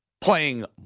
playing